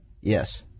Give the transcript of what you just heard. Yes